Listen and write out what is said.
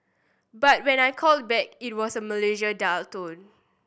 but when I called back it was a Malaysia dial tone